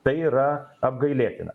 tai yra apgailėtina